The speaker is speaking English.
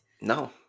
No